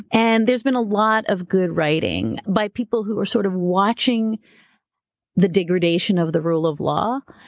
and there's been a lot of good writing by people who are sort of watching the degradation of the rule of law.